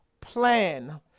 plan